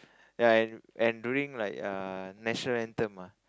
ya and and during like uh national anthem ah